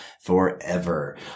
forever